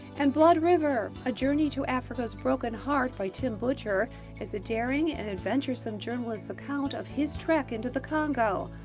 and blood river a journey to africa's broken heart by tim butcher is a daring and adventuresome journalist's account of his trek into the congo,